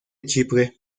chipre